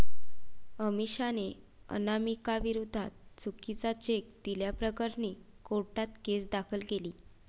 अमिषाने अनामिकाविरोधात चुकीचा चेक दिल्याप्रकरणी कोर्टात केस दाखल केली